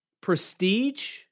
prestige